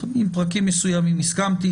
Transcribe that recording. עם פרקים מסוימים הסכמתי,